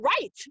right